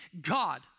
God